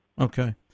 Okay